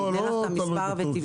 אני אתן לך מספר טלפון